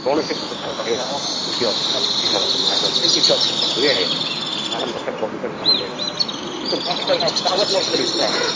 କୌଣସି ପ୍ରକାର ରହିବା ଏଠି ଅସୁବିଧା କିଛି ହେବନି ଆଉ ଯଦି କିଛି ଅସୁବିଧା ହୁଏ ମୋତେ ଫୋନ କରିକି ଜଣାଇବେ